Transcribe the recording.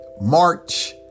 March